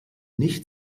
nicht